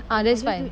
ah that's fine